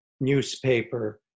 newspaper